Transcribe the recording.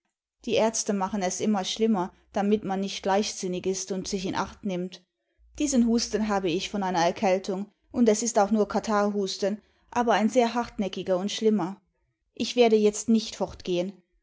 die ärzte machen es immer schlimmer damit man nicht leichtsinnig ist üiid sich in acht nimmt diesen husten habe ich von einer erkältung und es ist auch nur katarrhhusten aber ein sehr hartnäckiger und schlimmer ich werde jetzt nicht